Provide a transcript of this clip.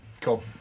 Cool